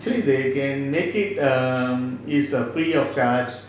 so if they can make it um is err free of charge